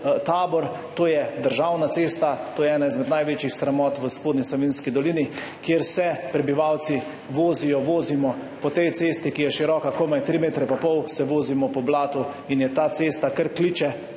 to je državna cesta, to je ena izmed največjih sramot v Spodnji Savinjski dolini, kjer se prebivalci vozijo, vozimo po tej cesti, ki je široka komaj tri metre in pol, po blatu in ta cesta kar kliče